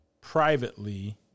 privately